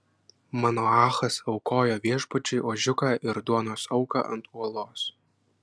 manoachas aukojo viešpačiui ožiuką ir duonos auką ant uolos